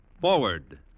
Forward